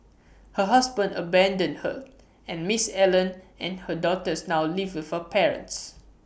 her husband abandoned her and miss Allen and her daughters now live with her parents